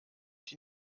die